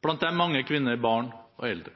blant dem mange kvinner, barn og eldre.